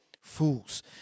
Fools